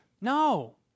No